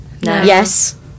Yes